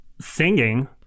Singing